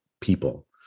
people